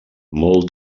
molts